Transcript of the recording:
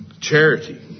Charity